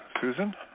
Susan